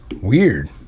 weird